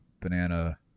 banana